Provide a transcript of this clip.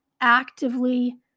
actively